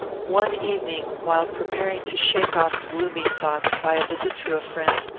one evening, while preparing to shake off gloomy thoughts by a visit to a friend,